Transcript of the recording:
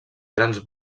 grans